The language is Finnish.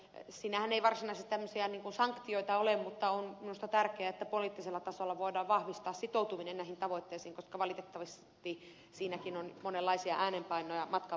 siinähän ei varsinaisesti tämmöisiä sanktioita ole mutta minusta on tärkeää että poliittisella tasolla voidaan vahvistaa sitoutuminen näihin tavoitteisiin koska valitettavasti siinäkin on monenlaisia äänenpainoja matkan varrella kuultu